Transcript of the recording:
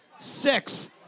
Six